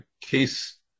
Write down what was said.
case